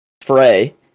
Frey